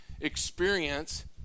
experience